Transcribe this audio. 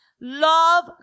love